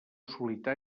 solità